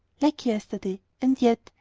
like yesterday and yet,